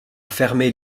fermait